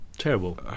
terrible